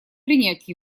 принять